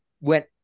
went